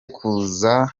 gukaza